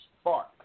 spark